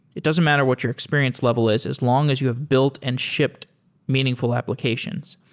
it doesn't matter what your experience level is as long as you have built and shipped meaningful applications.